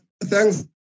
Thanks